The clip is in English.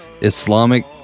Islamic